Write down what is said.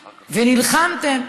נלחמתם,